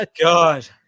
God